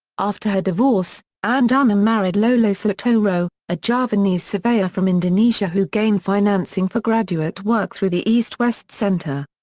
after her divorce, ann dunham married lolo soetoro, a javanese surveyor from indonesia who gained financing for graduate work through the east-west center.